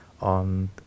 on